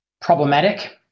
problematic